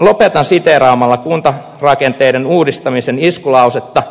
lopetan siteeraamalla kuntarakenteiden uudistamisen iskulausetta